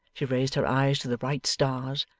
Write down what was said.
she raised her eyes to the bright stars,